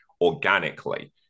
organically